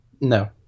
No